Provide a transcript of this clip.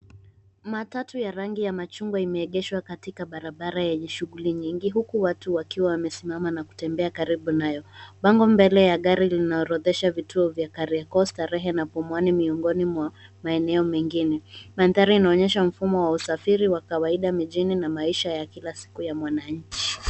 Matatu ya rangi ya machungwa imeegeshwa katika barabara yenye shughuli nyingi huku watu wakiwa wamesimama na kutembea karibu nayo, bango mbele ya gari linaorodhesha vutuo vya Kariako, Starehe na Pumuani miongoni mwa maeneo mengine, mandhari inaonyesha mfumo wa usafiri wa kawaida mijini na maisha ya kila siku ya mwananchi.